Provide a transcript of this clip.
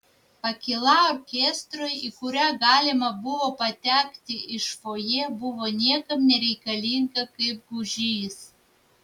pakyla orkestrui į kurią galima buvo patekti iš fojė buvo niekam nereikalinga kaip gūžys